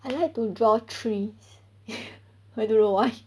I like to draw tree I don't know why